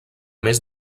més